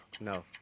No